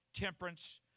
temperance